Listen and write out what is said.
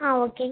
ஆ okay